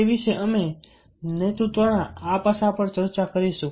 તે વિશે અમે નેતૃત્વના આ પાસા પર ચર્ચા કરીશું